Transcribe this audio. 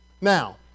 Now